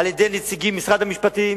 על-ידי נציגים ממשרד המשפטים,